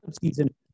season